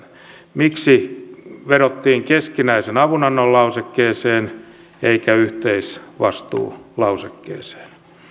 miksi vedottiin keskinäisen avunannon lausekkeeseen eikä yhteisvastuulausekkeeseen